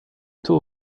two